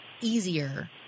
easier